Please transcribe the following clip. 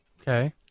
Okay